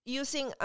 using